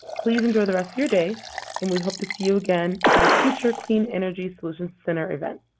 please, enjoy the rest of your day and we hope to see you again at a future clean energy solutions center event.